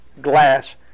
glass